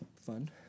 fun